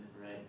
right